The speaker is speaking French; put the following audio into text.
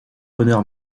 bonheur